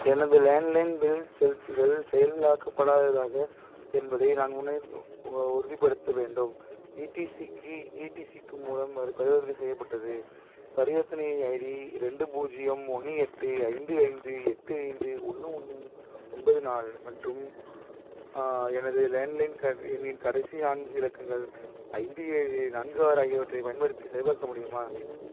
எனது landline bill செலுத்துதல் செயலாக்கப்படாததாக என்பதை நான் உண உறுதிப்படுத்த வேண்டும் இடிசிக்கு இடிசிக்கு மூலம் மறுபரிவர்த்தனை செய்யப்பட்டது பரிவர்த்தனை ஐடி ரெண்டு பூஜ்ஜியம் ஒன்று எட்டு ஐந்து ஐந்து எட்டு ஐந்து ஒன்று ஒன்று ஒன்பது நாலு மற்றும் எனது லேண்ட்லைன் எண்ணின் கடைசி நான்கு இலக்கங்கள் ஐந்து ஏழு நான்கு ஆறு ஆகியவற்றைப் பயன்படுத்தி சரிபார்க்க முடியுமா